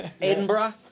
Edinburgh